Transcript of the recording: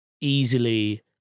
easily